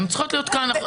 הן צריכות להיות כאן.